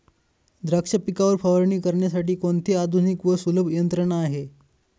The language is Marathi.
द्राक्ष पिकावर फवारणी करण्यासाठी कोणती आधुनिक व सुलभ यंत्रणा आहे?